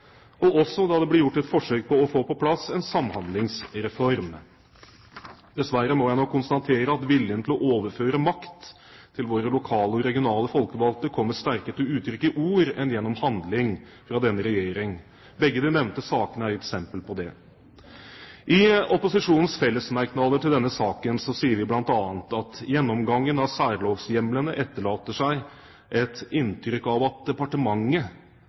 og også da det ble gjort et forsøk på å få på plass en samhandlingsreform. Dessverre må jeg nok konstatere at viljen til å overføre makt til våre lokale og regionale folkevalgte kommer sterkere til uttrykk i ord enn gjennom handling fra denne regjering. Begge de nevnte sakene er eksempler på det. I opposisjonens fellesmerknader til denne saken sier vi bl.a. at gjennomgangen av særlovshjemlene «etterlater et inntrykk av at